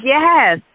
Yes